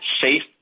safe